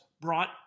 brought